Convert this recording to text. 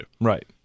right